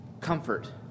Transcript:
comfort